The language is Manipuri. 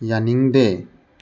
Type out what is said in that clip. ꯌꯥꯅꯤꯡꯗꯦ